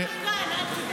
הוא איתנו כאן, אל תדאג.